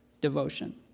devotion